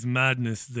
madness